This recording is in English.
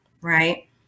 right